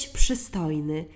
przystojny